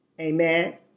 Amen